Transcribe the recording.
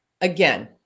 again